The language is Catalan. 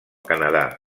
canadà